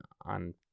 on